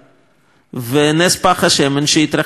ונס פך השמן, שהתרחש שם, אגב.